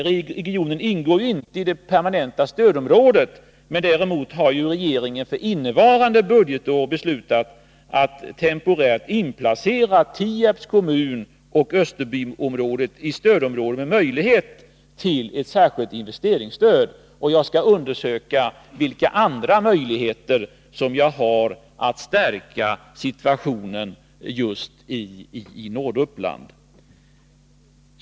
Regionen ingår inte i det permanenta stödområdet, men däremot har regeringen för innevarande budgetår beslutat att temporärt inplacera Tierps kommun och Österbyområdet i stödområdet, med möjlighet till särskilt investeringsstöd. Jag skall också undersöka vilka andra möjligheter som jag har att stärka situationen i Norduppland.